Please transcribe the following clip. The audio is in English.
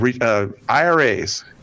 IRAs